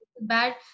bad